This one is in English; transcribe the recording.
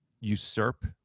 usurp